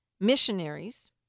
Missionaries